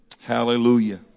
Hallelujah